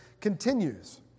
continues